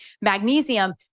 magnesium